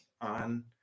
on